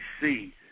see